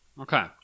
Okay